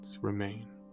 remain